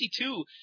52